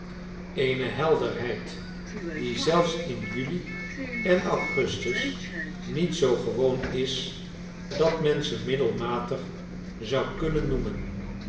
eene helderheid die zelfs in juli en augustus niet zoo gewoon is dat men ze middelmatig zou kunnen noemen